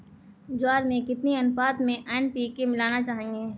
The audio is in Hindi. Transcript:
ज्वार में कितनी अनुपात में एन.पी.के मिलाना चाहिए?